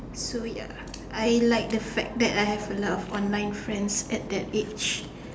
so ya I like the fact that I have a lot of online friends at that age